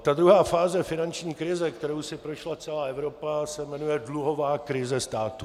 Ta druhá fáze finanční krize, kterou si prošla celá Evropa, se jmenuje dluhová krize státu.